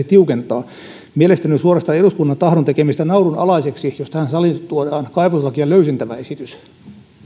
tiukentaa mielestäni on suorastaan eduskunnan tahdon tekemistä naurunalaiseksi jos tähän saliin tuodaan kaivoslakia löysentävä esitys